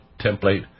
template